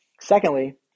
Secondly